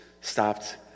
stopped